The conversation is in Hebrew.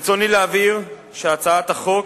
ברצוני להבהיר שהצעת החוק,